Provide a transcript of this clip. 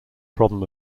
problem